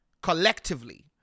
collectively